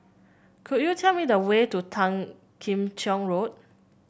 could you tell me the way to Tan Kim Cheng Road